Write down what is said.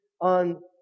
on